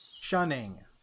shunning